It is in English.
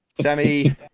Sammy